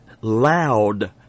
loud